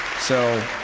so,